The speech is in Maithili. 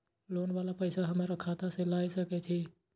लोन वाला पैसा हमरा खाता से लाय सके छीये?